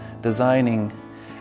designing